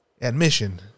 admission